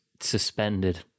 suspended